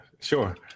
Sure